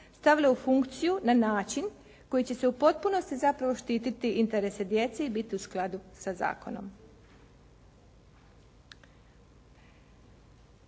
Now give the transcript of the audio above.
stavile u funkciju na način koji će se u potpunosti zapravo štititi interese djece i biti u skladu sa zakonom.